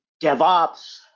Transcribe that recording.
devops